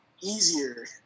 easier